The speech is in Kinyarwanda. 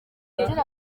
yagize